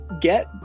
get